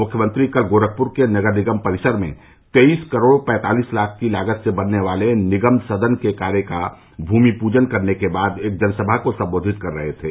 मुख्यमंत्री कल गोरखप्र के नगर निगम परिसर में तेईस करोड़ पैंतालिस लाख की लागत से बनने वाले निगम सदन के कार्य का भूमि पूजन करने के बाद एक जनसभा को सम्बोधित कर रहे थे